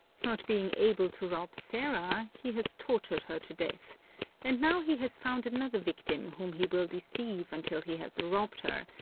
not being able to rob sarah, he has tortured her to death and now he has found another victim whom he will deceive until he has robbed her,